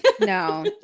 no